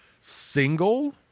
single